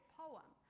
poem